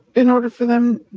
in order for them,